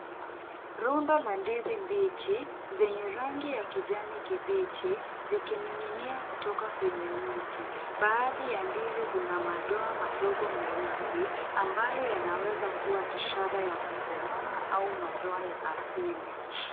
Rundo la ndizi mbichi zenye rangi ya kijani kibichi zikining'inia kutoka kwenye mti. Baadhi ya ndizi zina madoa madogo meusi, ambayo yanaweza kuwa ishara ya kukomaa au madoa ya asili.